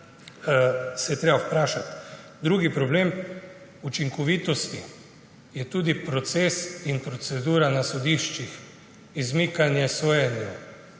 se je treba vprašati. Drugi problem učinkovitosti je tudi proces in procedura na sodiščih. Izmikanje sojenju,